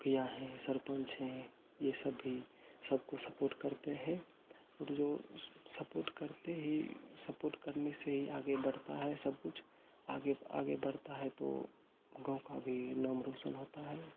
किया है सरपंच हैं ये सब भी सबको सपोर्ट करते हैं जो सपोर्ट करते ही सपोर्ट करने से ही आगे बढ़ता है सब कुछ आगे आगे बढ़ता है तो गाँव का भी नाम रोशन होता है